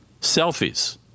Selfies